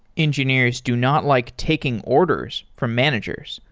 engineers do not like taking orders from managers.